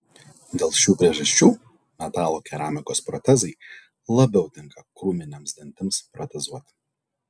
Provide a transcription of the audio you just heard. dėl šių priežasčių metalo keramikos protezai labiau tinka krūminiams dantims protezuoti